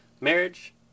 marriage